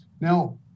Now